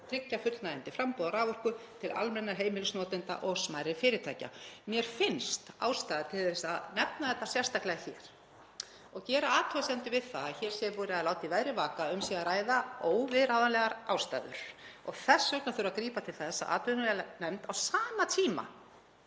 tryggja fullnægjandi framboð á raforku til almennra heimilisnotenda og smærri fyrirtækja. Mér finnst ástæða til að nefna þetta sérstaklega hér og gera athugasemdir við það að hér sé verið að láta í veðri vaka að um sé að ræða óviðráðanlegar aðstæður og þess vegna þurfi að grípa til þess að atvinnuveganefnd, á sama tíma